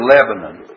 Lebanon